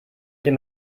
dem